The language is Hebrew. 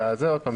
עוד פעם,